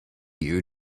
you